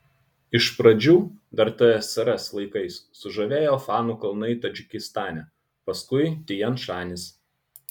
iš pradžių dar tsrs laikais sužavėjo fanų kalnai tadžikistane paskui tian šanis